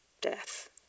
death